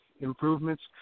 improvements